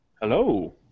Hello